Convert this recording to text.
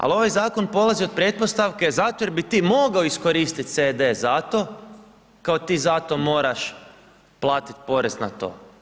Ali ovaj zakon polazi od pretpostavke zato jer bi ti mogao iskoristiti CD zato kao ti zato moraš platiti porez na to.